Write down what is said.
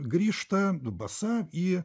grįžta basa į